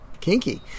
kinky